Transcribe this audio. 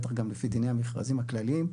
בטח גם לפי דיני המכרזים הכלליים,